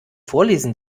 vorlesen